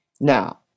Now